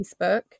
Facebook